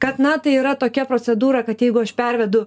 kad na tai yra tokia procedūra kad jeigu aš pervedu